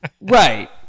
Right